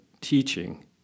teaching